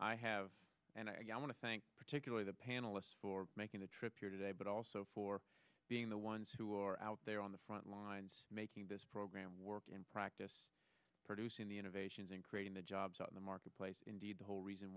i have and i want to thank particularly the panelists for making the trip here today but also for being the ones who are out there on the front lines making this program work in practice producing the innovations and creating the jobs in the marketplace and indeed the whole reason